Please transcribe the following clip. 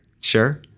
Sure